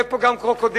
יהיה פה גם קרוקודילים.